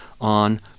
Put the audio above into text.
on